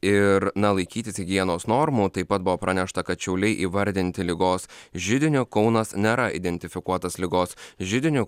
ir na laikytis higienos normų taip pat buvo pranešta kad šiauliai įvardinti ligos židiniu kaunas nėra identifikuotas ligos židiniu